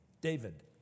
David